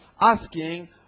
asking